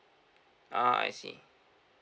ah I see